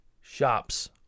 shops